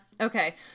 Okay